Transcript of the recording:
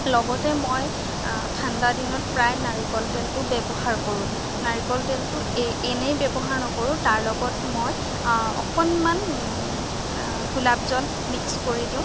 লগতে মই ঠাণ্ডাদিনত প্ৰায় নাৰিকল তেলটো ব্য়ৱহাৰ কৰোঁ নাৰিকল তেলটো এনেই ব্য়ৱহাৰ নকৰোঁ তাৰ লগত মই অকণমান গোলাপজল মিক্স কৰি দিওঁ